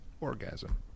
orgasm